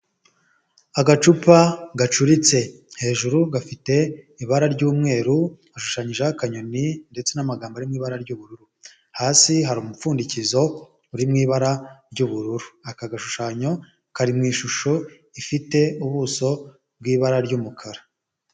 Agacupa gacuritse, hejuru gafite ibara ry'umweru ashushanyijeho akanyoni ndetse n'amagambo arimo ibara ry'ubururu, hasi hari umupfundikizo uri mu ibara ry'ubururu, aka gashushanyo kari mu ishusho ifite ubuso bw'ibara ry'umukara.